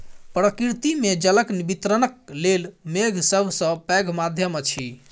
प्रकृति मे जलक वितरणक लेल मेघ सभ सॅ पैघ माध्यम अछि